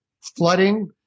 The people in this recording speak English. flooding